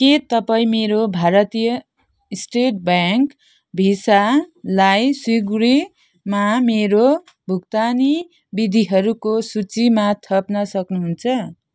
के तपाईँ मेरो भारतीय स्टेट ब्याङ्क भिसालाई स्विगीमा मेरो भुक्तानी विधिहरूको सूचीमा थप्न सक्नुहुन्छ